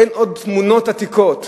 אין עוד תמונות עתיקות,